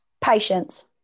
patience